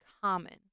common